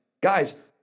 Guys